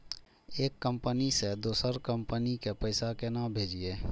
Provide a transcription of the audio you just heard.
एक कंपनी से दोसर कंपनी के पैसा केना भेजये?